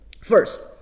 First